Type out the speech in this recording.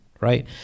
right